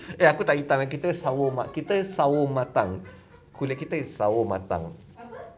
eh aku tak hitam kita sawo ma~ kita sawo matang kulit kita is sawo matang